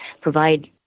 provide